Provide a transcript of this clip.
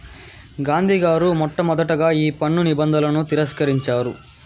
గాంధీ గారు మొట్టమొదటగా ఈ పన్ను నిబంధనలను తిరస్కరించారు